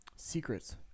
Secrets